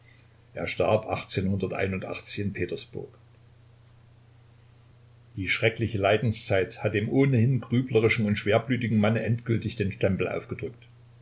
er starb in petersburg die schreckliche leidenszeit hat dem ohnehin grüblerischen und schwerblütigen manne endgültig den stempel aufgedrückt